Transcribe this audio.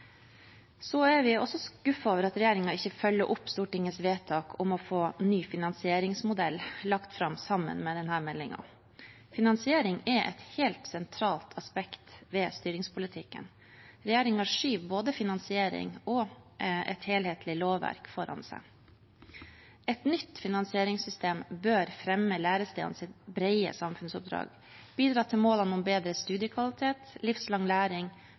er også skuffet over at regjeringen ikke følger opp Stortingets vedtak om å få ny finansieringsmodell lagt fram sammen med denne meldingen. Finansiering er et helt sentralt aspekt ved styringspolitikken, og regjeringen skyver både finansiering og et helhetlig lovverk foran seg. Et nytt finansieringssystem bør fremme lærestedenes brede samfunnsoppdrag, bidra til målene om bedre studiekvalitet, livslang læring